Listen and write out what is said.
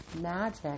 magic